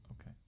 Okay